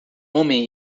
homem